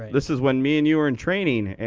this is when me and you were in training, and